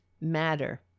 matter